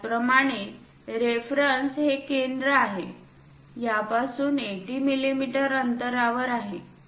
त्याचप्रमाणे रेफरन्स हे केंद्र आहे यापासून 80 मिमी अंतरावर आहे